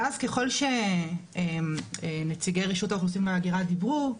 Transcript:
ואז ככל שנציגי רשות האוכלוסין וההגירה דיברו,